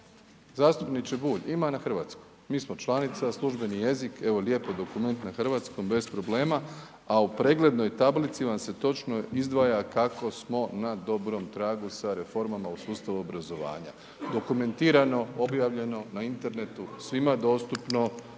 Zastupniče Bulj ima i na hrvatskom, mi smo članica, službeni jezik, evo lijepo dokument na hrvatskom bez problema, a u preglednoj tablici vam se točno izdvaja kako smo na dobrom tragu sa reformama u sustavu obrazovanja. Dokumentirano, objavljeno na internetu, svima dostupno,